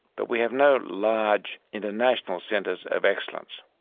but we have no large, international centres of excellence.